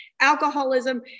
alcoholism